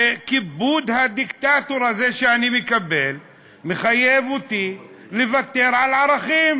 וכיבוד הדיקטטור הזה שאני מקבל מחייב אותי לוותר על ערכים,